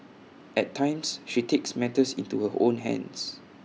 at times she takes matters into her own hands